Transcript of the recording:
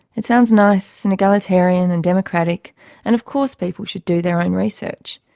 it sounds nice and egalitarian and democratic and of course people should do their own research.